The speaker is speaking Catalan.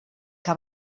que